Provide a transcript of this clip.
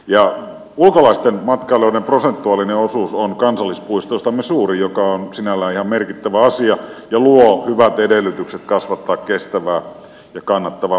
ulkolaisten matkailijoiden prosentuaalinen osuus on kansallispuistoistamme suurin mikä on sinällään ihan merkittävä asia ja luo hyvät edellytykset kasvattaa kestävää ja kannattavaa matkailutoimintaa edelleen